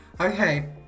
Okay